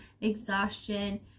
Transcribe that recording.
exhaustion